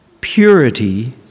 purity